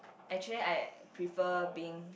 actually I prefer being